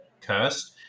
Cursed